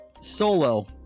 solo